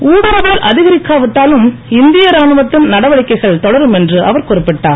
ம்னடுறுவவல் அதிகரிக்காவிட்டாலும் இந்திய ராணுவத்தின் நடவடிக்கைகள் தொடரும் என்று அவர் குறிப்பிட்டார்